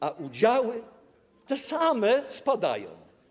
A udziały - te same - spadają.